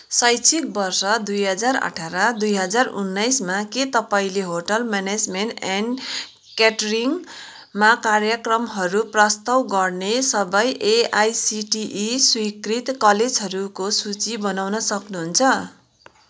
शैक्षिक वर्ष दुई हजार अठार दुई हजार उन्नाइसमा के तपाईँँले होटल म्यानेजमेन्ट एन्ड क्याटरिङमा कार्यक्रमहरू प्रस्ताव गर्ने सबै एआईसिटिई स्वीकृत कलेजहरूको सुची बनाउन सक्नुहुन्छ